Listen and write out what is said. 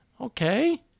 Okay